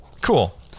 Cool